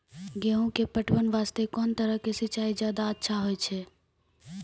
गेहूँ के पटवन वास्ते कोंन तरह के सिंचाई ज्यादा अच्छा होय छै?